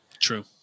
True